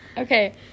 Okay